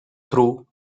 through